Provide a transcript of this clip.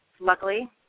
luckily